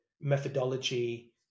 methodology